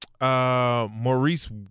Maurice